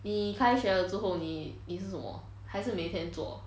你开学了之后你你是什么还是每天做